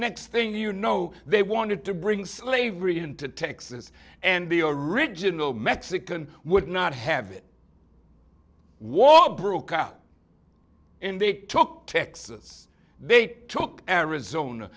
next thing you know they wanted to bring slavery into texas and be a riginal mexican would not have it wall broke up in they took texas they took arizona